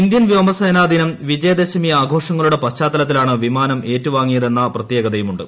Indian വ്യോമസേന ദിനം വിജയദശമി ആഘോഷങ്ങളുടെ പശ്ചാത്തലത്തിലാണ് വിമാനം ഏറ്റുവാങ്ങിയതെന്ന പ്രത്യേകതയുമുണ്ട്